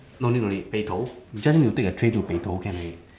no need no need 北投 you just need to take a train to 北投 can already